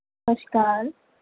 ਸਤਿ ਸ਼੍ਰੀ ਅਕਾਲ